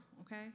okay